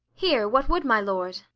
here what would my lord?